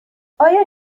آیا